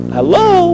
Hello